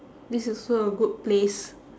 this also a good place